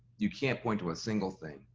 you can't point to a single thing.